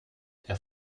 der